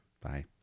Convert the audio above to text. Bye